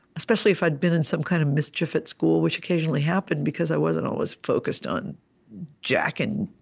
especially if i'd been in some kind of mischief at school, which occasionally happened, because i wasn't always focused on jack and